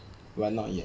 we're not yet